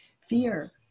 fear